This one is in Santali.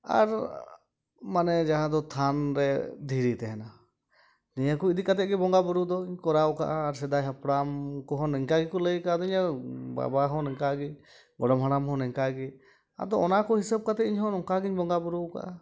ᱟᱨ ᱢᱟᱱᱮ ᱡᱟᱦᱟᱸ ᱫᱚ ᱛᱷᱟᱱ ᱨᱮ ᱫᱷᱤᱨᱤ ᱛᱟᱦᱮᱱᱟ ᱱᱤᱭᱟᱹ ᱠᱚ ᱤᱫᱤ ᱠᱟᱛᱮᱫ ᱜᱮ ᱵᱚᱸᱜᱟ ᱵᱩᱨᱩ ᱫᱚ ᱠᱚᱨᱟᱣ ᱠᱟᱜᱼᱟ ᱟᱨ ᱥᱮᱫᱟᱭ ᱦᱟᱯᱲᱟᱢ ᱠᱚᱦᱚᱸ ᱱᱤᱝᱠᱟ ᱜᱮᱠᱚ ᱞᱟᱹᱭ ᱠᱟᱣᱫᱤᱧᱟᱹ ᱵᱟᱵᱟ ᱦᱚᱸ ᱱᱤᱝᱠᱟᱜᱮ ᱜᱚᱲᱚᱢ ᱦᱟᱲᱟᱢ ᱦᱚᱸ ᱱᱤᱝᱠᱟᱜᱮ ᱟᱫᱚ ᱚᱱᱟ ᱠᱚ ᱦᱤᱥᱟᱹᱵᱽ ᱠᱟᱛᱮᱜᱮ ᱤᱧ ᱦᱚᱸ ᱚᱱᱠᱟᱜᱮᱧ ᱵᱚᱸᱜᱟ ᱵᱩᱨᱩᱣ ᱠᱟᱜᱼᱟ